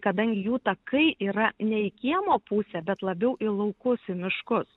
kadangi jų takai yra ne į kiemo pusę bet labiau į laukus į miškus